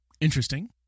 Interesting